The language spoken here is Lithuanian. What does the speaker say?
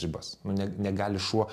ribas nu ne negali šuo